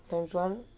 times one